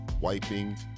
wiping